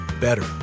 better